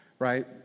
right